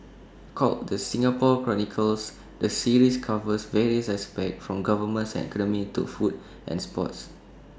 called the Singapore chronicles the series covers various aspects from governance and economy to food and sports